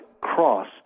cross